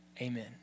Amen